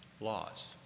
laws